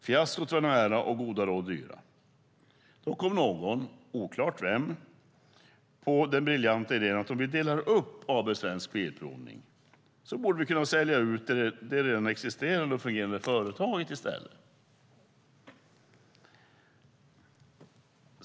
Fiaskot var nära och goda råd dyra. Då kom någon, oklart vem, på den briljanta idén att om vi delar upp AB Svensk Bilprovning så borde vi kunna sälja ut det redan existerande och fungerande företaget i stället.